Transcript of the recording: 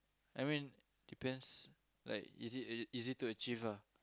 I mean depends like is it is it easy to achieve ah